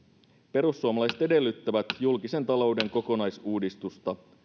perussuomalaiset edellyttävät julkisen talouden kokonaisuudistusta